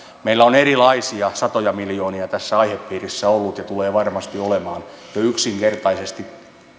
meillä on erilaisia satoja miljoonia tässä aihepiirissä ollut ja tulee varmasti olemaan ja yksinkertaisesti